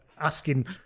asking